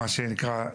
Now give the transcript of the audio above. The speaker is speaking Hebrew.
מה שנקרא,